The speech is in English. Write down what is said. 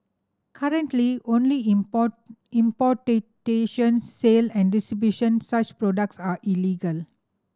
currently only sale and distribution such products are illegal